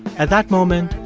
at that moment,